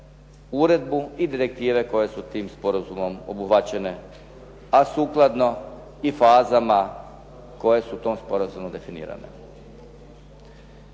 uredbu i direktive koje su tim sporazumom obuhvaćene, a sukladno i fazama koje su u tom sporazumu definirane.